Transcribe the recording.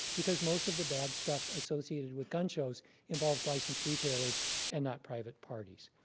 because most of the bad stuff associated with gun shows involves licensed retailers and not private parties.